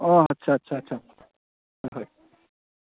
অঁ আচ্ছা আচ্ছা আচ্ছা হয় হয়